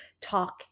Talk